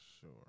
Sure